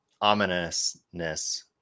ominousness